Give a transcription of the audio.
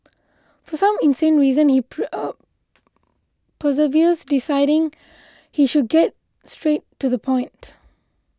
but for some insane reason he perseveres deciding he should get straight to the point